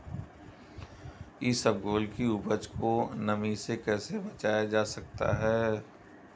इसबगोल की उपज को नमी से कैसे बचाया जा सकता है?